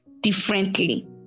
differently